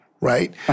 right